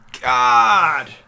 God